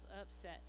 upset